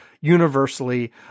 universally